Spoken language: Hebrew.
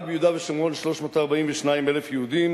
רק ביהודה ושומרון 342,000 יהודים,